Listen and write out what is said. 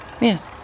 Yes